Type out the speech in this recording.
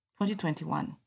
2021